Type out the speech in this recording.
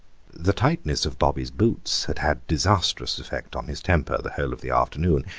the tightness of bobby's boots had had disastrous effect on his temper the whole of the afternoon,